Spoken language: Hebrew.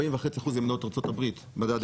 40.5% הן מניות ארצות הברית מדד s&p.